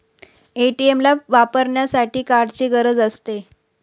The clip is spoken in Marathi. ए.टी.एम ला वापरण्यासाठी कार्डची गरज असते